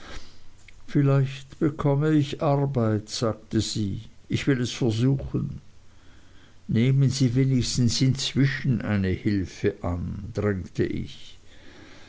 vielleicht bekomme ich arbeit sagte sie ich will es versuchen nehmen sie wenigstens inzwischen eine hilfe an drängte ich